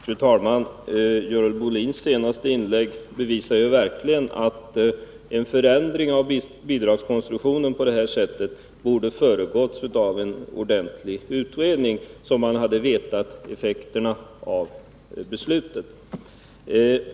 Fru talman! Görel Bohlins senaste inlägg bevisar ju verkligen att en förändring av bidragskonstruktionen på detta sätt borde ha föregåtts av en ordentlig utredning, så att man hade fått veta effekterna av beslutet.